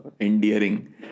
endearing